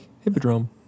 hippodrome